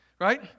right